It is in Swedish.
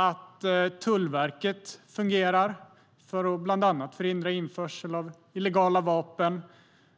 Att Tullverket fungerar för att bland annat förhindra införsel av illegala vapen,